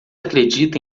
acredita